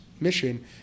mission